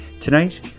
Tonight